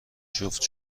جفت